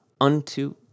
unto